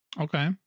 okay